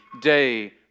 day